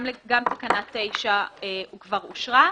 גם תקנה 9 אושרה.